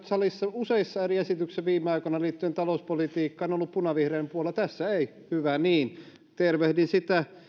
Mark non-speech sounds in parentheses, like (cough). (unintelligible) salissa useiden eri esitysten kohdalla viime aikoina liittyen talouspolitiikkaan ovat olleet punavihreän puolella niin tässä ei hyvä niin tervehdin sitä